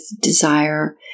desire